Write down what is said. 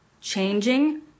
changing